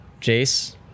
Jace